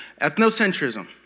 Ethnocentrism